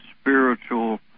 spiritual